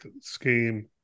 scheme